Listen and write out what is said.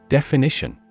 Definition